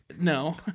No